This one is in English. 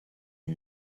you